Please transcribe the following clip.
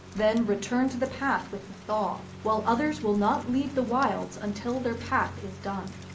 then return to the path with the thaw, while others will not leave the wilds until their path is done.